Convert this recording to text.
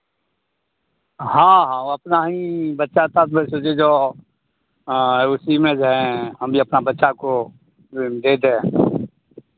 हाँ हाँ वो अपना ही बच्चा था फिर सोचे जो उसी में जो हैं हम भी अपना बच्चा को जो है दे दें